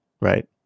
Right